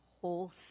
whole